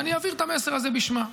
ואני אעביר את המסר הזה בשמה.